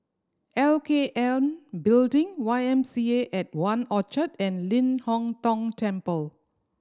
L K N Building Y M C A at One Orchard and Ling Hong Tong Temple